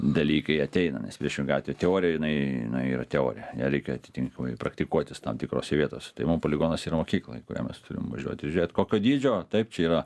dalykai ateina nes priešingu atveju teorija jinai yra teorija ją reikia atitinkamai praktikuotis tam tikrose vietose tai mum poligonas yra mokykla į kurią mes turim važiuoti i žėt kokio dydžio taip čia yra